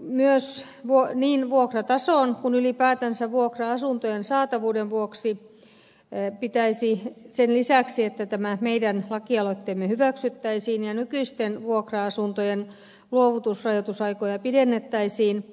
myös niin vuokratason kuin ylipäätänsä vuokra asuntojen saatavuuden vuoksi pitäisi sen lisäksi että tämä meidän lakialoitteemme hyväksyttäisiin ja nykyisten vuokra asuntojen luovutusrajoitusaikoja pienennettäisiin